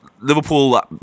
Liverpool